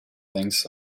thinks